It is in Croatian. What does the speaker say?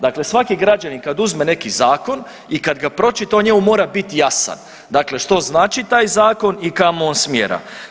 Dakle, svaki građanin kad uzme neki zakon i kad ga pročita on njemu mora biti jasan, dakle što znači taj zakon i kamo on smjera.